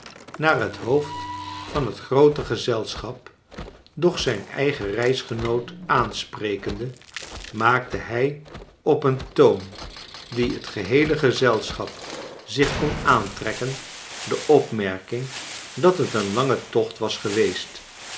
naar het hoofd van het groote gezelschap dooli zijn eigen reisgenoot aansprekende rnaakte hij op een toon dien het geheele gezelschap zich kon aantrekken de opmerking dat het een lange tocht was geweest